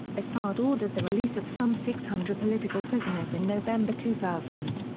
assad ordered the release of some six hundred political prisoners in november two thousand.